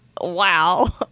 wow